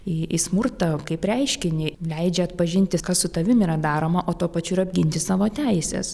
į į smurtą kaip reiškinį leidžia atpažinti kas su tavim yra daroma o tuo pačiu ir apginti savo teises